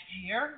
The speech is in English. year